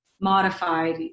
modified